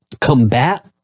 combat